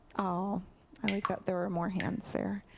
ah i like that there were more hands there.